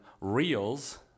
reels